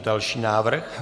Další návrh.